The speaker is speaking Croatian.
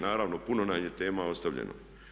Naravno, puno nam je tema ostavljeno.